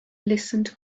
listened